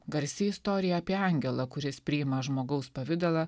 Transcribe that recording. garsi istorija apie angelą kuris priima žmogaus pavidalą